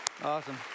Awesome